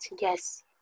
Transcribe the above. yes